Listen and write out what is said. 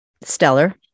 stellar